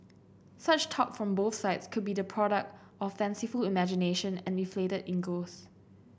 such talk from both sides could be the product of fanciful imagination and inflated egos